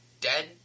dead